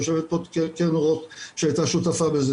יושבת פה קרן רוט שהייתה שותפה בזה,